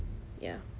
ya